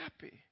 happy